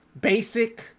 basic